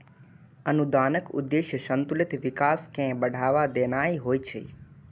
अनुदानक उद्देश्य संतुलित विकास कें बढ़ावा देनाय होइ छै